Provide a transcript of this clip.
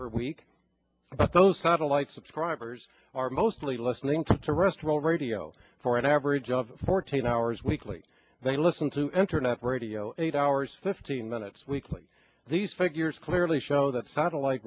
per week but those satellite subscribers are mostly listening to restoral radio for an average of fourteen hours weekly they listen to enter net rodeo eight hours fifteen minutes weekly these figures clearly show that satellite